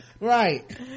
Right